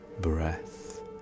breath